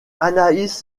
anaïs